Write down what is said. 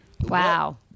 Wow